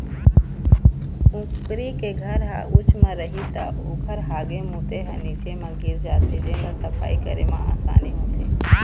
कुकरी के घर ह उच्च म रही त ओखर हागे मूते ह नीचे म गिर जाथे जेन ल सफई करे म असानी होथे